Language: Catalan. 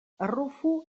arrufo